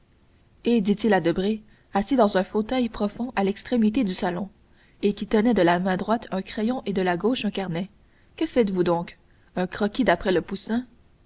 eh dit-il à debray assis dans un fauteuil profond à l'extrémité du salon et qui tenait de la main droite un crayon et de la gauche un carnet que faites-vous donc un croquis d'après le poussin